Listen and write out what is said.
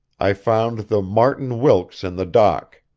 i found the martin wilkes in the dock.